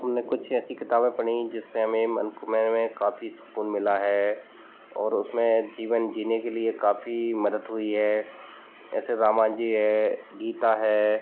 हमने कुछ ऐसी किताबें पढ़ी जिससे मेरे मन को में काफ़ी सुकून मिला है और उसमें जीवन जीने के लिए काफ़ी मदद हुई है ऐसे रामायण जी है गीता है